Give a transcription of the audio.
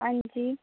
आं जी